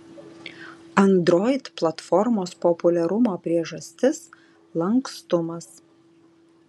android platformos populiarumo priežastis lankstumas